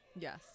Yes